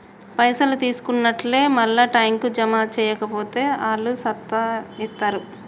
పైసలు తీసుకున్నట్లే మళ్ల టైంకు జమ జేయక పోతే ఆళ్లు సతాయిస్తరు